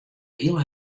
heel